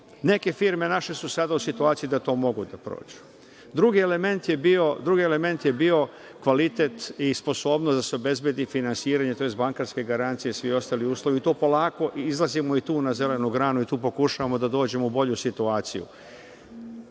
Neke firme naše su sada u situaciji da to mogu da prođu. Drugi element je bio kvalitet i sposobnost da se obezbedi finansiranje, tj. bankarske garancije i svi ostali uslovi, i tu polako izlazimo i tu na zelenu granu i tu pokušavamo da dođemo u bolju situaciju.